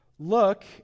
Look